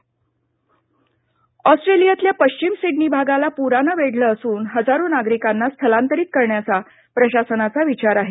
Australia पर ऑस्ट्रेलियातल्या पश्चिम सिडनी भागाला पुरानं वेढलं असून हजारो नागरिकांना स्थलांतरित करण्याचा प्रशासनाचा विचार आहे